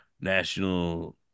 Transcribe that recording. national